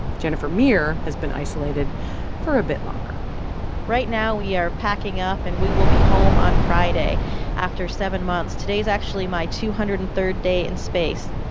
jennifer meir has been isolated for a bit longer right now we are packing up, and we will be home on friday after seven months. today's actually my two hundred and third in space